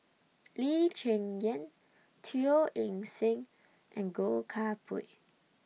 Lee Cheng Yan Teo Eng Seng and Goh Koh Pui